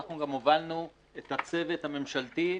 אלא גם הובלנו את הצוות הממשלתי,